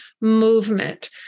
movement